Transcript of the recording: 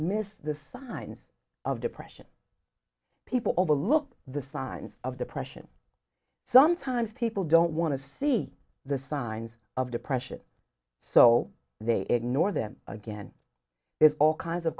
miss the signs of depression people overlook the signs of depression sometimes people don't want to see the signs of depression so they ignore them again there's all kinds of